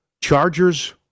Chargers